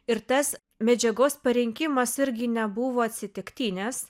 ir tas medžiagos parinkimas irgi nebuvo atsitiktinis